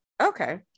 okay